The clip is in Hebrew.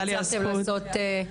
והצלחתן לעשות --- נכון,